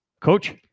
Coach